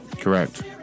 Correct